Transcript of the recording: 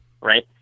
right